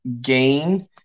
gain